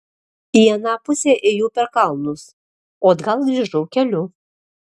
į aną pusę ėjau per kalnus o atgal grįžau keliu